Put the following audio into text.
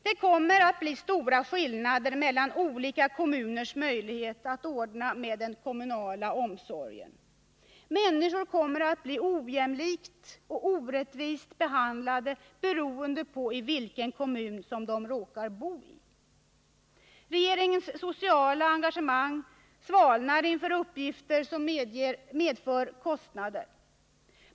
Det kommer att bli stora skillnader mellan olika kommuners möjligheter att ordna med den kommunala omsorgen. Människor kommer att bli ojämlikt och orättvist behandlade, beroende på i vilken kommun de råkar bo. Regeringens sociala engagemang svalnar inför uppgifter som medför kostnader.